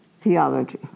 Theology